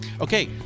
Okay